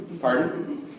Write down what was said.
Pardon